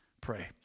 Pray